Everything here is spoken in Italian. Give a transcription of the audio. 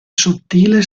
sottile